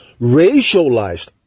racialized